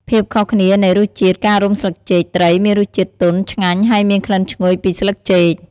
ភាពខុសគ្នានៃរសជាតិការរុំស្លឹកចេកត្រីមានរសជាតិទន់ ឆ្ងាញ់ ហើយមានក្លិនឈ្ងុយពីស្លឹកចេក។